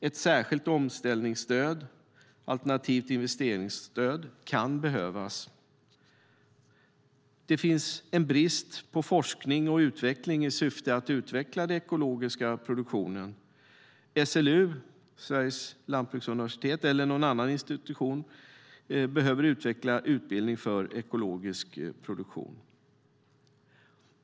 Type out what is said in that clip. Ett särskilt omställningsstöd, alternativt ett investeringsstöd, kan behövas. Det finns en brist på forskning och utveckling i syfte att utveckla den ekologiska produktionen. SLU, Sveriges lantbruksuniversitet, eller någon annan institution behöver utveckla utbildning för ekologisk produktion.